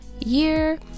year